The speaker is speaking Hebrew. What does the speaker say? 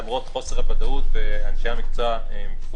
למרות חוסר הוודאות ואנשי המקצוע מתחום